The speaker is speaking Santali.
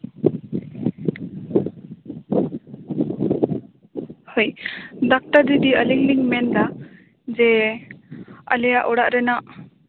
ᱦᱳᱭ ᱰᱟᱠᱛᱟᱨ ᱫᱤᱫᱤ ᱟᱞᱤᱧ ᱞᱤᱧ ᱢᱮᱱᱫᱟ ᱡᱮ ᱟᱞᱮᱭᱟᱜ ᱚᱲᱟᱜ ᱨᱮᱱᱟᱜ